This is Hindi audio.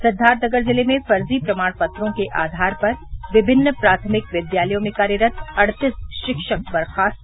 सिद्वार्थनगर ज़िले में फ़र्ज़ी प्रमाण पत्रों के आघार पर विमिन्न प्राथमिक विद्यालयों में कार्यरत अड़तीस शिक्षक बर्ख़ास्त